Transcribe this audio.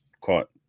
caught